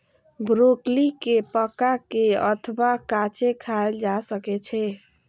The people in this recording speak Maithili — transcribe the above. ब्रोकली कें पका के अथवा कांचे खाएल जा सकै छै